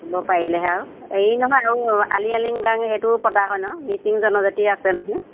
পাৰিলেহ আউ হেৰি নহয় আৰু আলি আয়ে লৃগাং সেইটোও পতা হয় ন মিচিং জনজাতি আছে নহয়